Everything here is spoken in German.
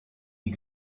die